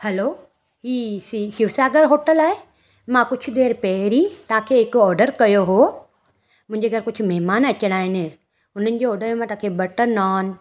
hello हीउ Shri Shiv Sagar hotel आहे मां कुझु देरि पहिरियों तव्हांखे हिकु ऑडर कयो हुओ मुंहिंजे घर कुझु महिमान अचणा आहिनि हुननि जो ऑडर में तव्हांखे बटर नान